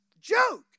joke